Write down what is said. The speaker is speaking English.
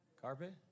Carpet